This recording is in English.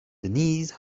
denise